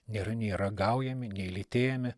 nėra nei ragaujami nei lytėjami